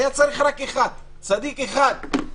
היה צריך רק צדיק אחד,